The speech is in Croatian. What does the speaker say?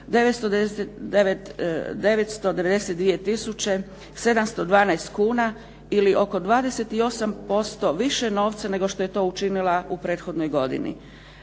712 kuna ili oko 28% više novca nego što je to učinila u prethodnoj godini.